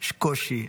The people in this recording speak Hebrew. יש קושי,